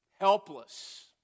Helpless